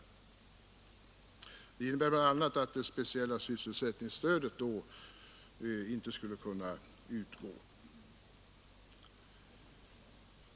Det innebär bl.a. att det speciella sysselsättningsstödet då inte skulle kunna utgå.